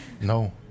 No